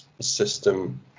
system